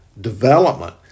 development